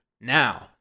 now